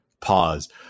Pause